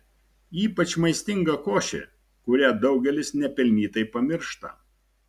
ypač maistinga košė kurią daugelis nepelnytai pamiršta